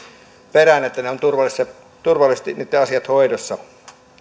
perään että niitten asiat ovat turvallisesti turvallisesti hoidossa